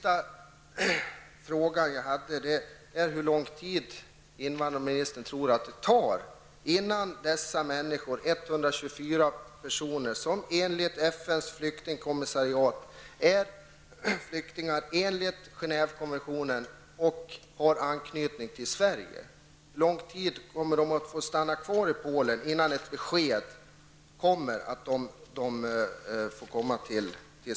Jag frågade också hur lång tid invandrarministern tror att det tar innan dessa 124 personer, som enligt Genevèkonventionen och har anknytning till Sverige, får ett besked om att de kan komma till